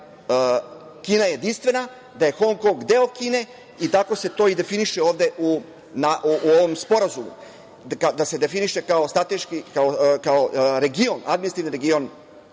da je Kina jedinstvena, da je Hong Kong deo Kine i tako se to i definiše ovde u ovom sporazumu, da se definiše kao administrativni region